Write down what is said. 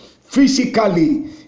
physically